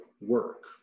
work